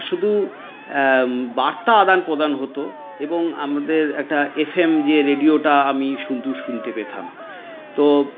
শুধু বার্তা আদান প্রদান হত এবং আমাদের একটা এফএম যে রেডিওটা আমি শুধু শুনতে পেতাম তো